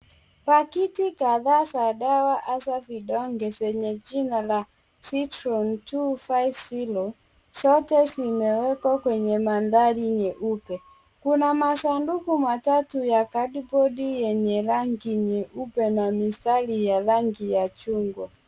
Pakiti kadhaa za dawa hasa vidonge zenye jina la Zithron two five zero , zote zimewekwa kwenye mandhari nyeupe. Kuna masanduku matatu ya cardboard yenye rangi nyeupe na mistari ya rangi ya chungwa.